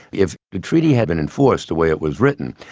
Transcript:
if the treaty had been enforced the way it was written,